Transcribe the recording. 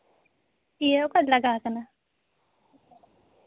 ᱱᱤᱭᱟᱹ ᱚᱠᱟᱨᱮ ᱞᱟᱜᱟᱣ ᱠᱟᱱᱟ